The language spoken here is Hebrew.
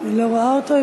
אני לא רואה אותו.